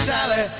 Sally